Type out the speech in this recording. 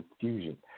confusion